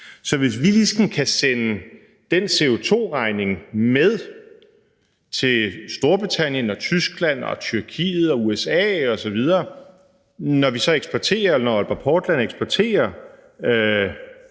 Så hvis vi ligesom kan sende den CO2-regning med til Storbritannien, Tyskland, Tyrkiet, USA osv., når Aalborg Portland eksporterer